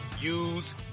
use